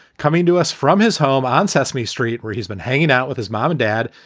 coming to us from his home on sesame street, where he's been hanging out with his mom and dad.